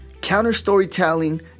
Counter-storytelling